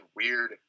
weird